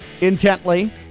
intently